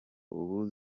ubu